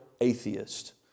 atheist